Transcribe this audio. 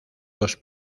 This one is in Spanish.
dos